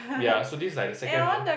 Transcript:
yeah so this is like the second